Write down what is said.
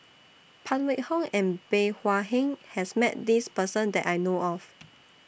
Phan Wait Hong and Bey Hua Heng has Met This Person that I know of